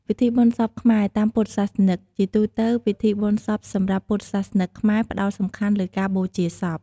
ពិធីបុណ្យសពខ្មែរ តាមពុទ្ធសាសនិក ជាទូទៅ ពិធីបុណ្យសពសម្រាប់ពុទ្ធសាសនិកខ្មែរផ្តោតសំខាន់លើការបូជាសព។